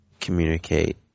communicate